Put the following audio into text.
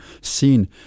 seen